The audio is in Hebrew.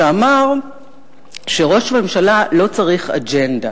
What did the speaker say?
שאמר שראש ממשלה לא צריך אג'נדה,